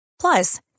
plus